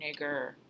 Nigger